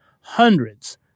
Hundreds